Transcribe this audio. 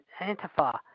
Antifa